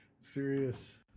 serious